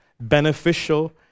beneficial